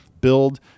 build